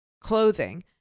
clothing